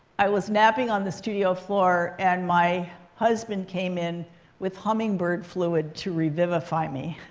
i was napping on the studio floor. and my husband came in with hummingbird fluid to revivify me.